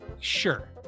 Sure